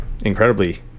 incredibly